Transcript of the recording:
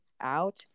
out